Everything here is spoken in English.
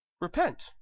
Repent